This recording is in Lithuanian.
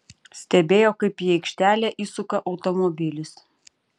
stebėjo kaip į aikštelę įsuka automobilis